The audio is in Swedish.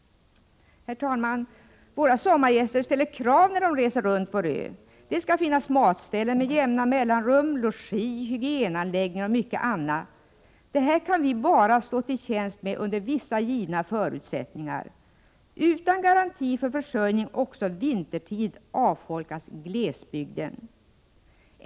Herr talman! Våra sommargäster ställer krav när de reser runt vår ö. Det skall finnas matställen med jämna mellanrum, logi, hygienanläggningar och mycket annat. Detta kan vi stå till tjänst med endast under vissa givna förutsättningar. Utan garanti för försörjning också vintertid avfolkas glesbygden.